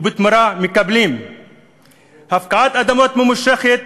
ובתמורה מקבלים הפקעת אדמות ממושכת,